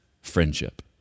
friendship